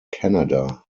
canada